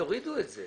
תורידו את זה.